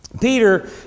Peter